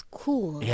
cool